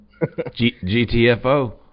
Gtfo